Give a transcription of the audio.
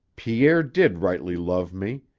pierre did rightly love me.